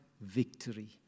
victory